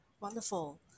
Wonderful